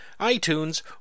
iTunes